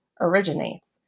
originates